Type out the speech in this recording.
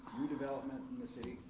new development in the city.